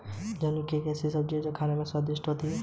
zucchini एक ऐसी सब्जी है जो खाने में स्वादिष्ट होती है